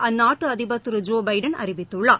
அந்நாட்டு அதிபர் திரு ஜோ பைடன் அறிவித்துள்ளார்